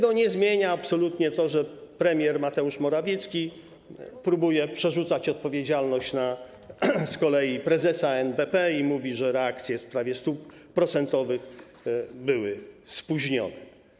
I nie zmienia tego absolutnie to, że premier Mateusz Morawiecki próbuje przerzucać odpowiedzialność z kolei na prezesa NBP i mówi, że reakcje w sprawie stóp procentowych były spóźnione.